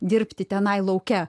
dirbti tenai lauke